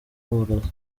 uburozi